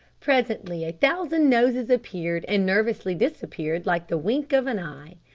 presently a thousand noses appeared, and nervously disappeared like the wink of an eye.